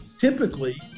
typically